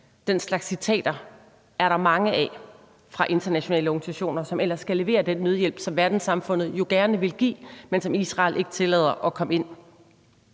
Den slags citater er der mange af fra internationale organisationer, som ellers skal levere den nødhjælp, som verdenssamfundet jo gerne vil give, men som Israel ikke tillader at komme ind.